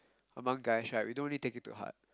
among guys right we don't really take it to heart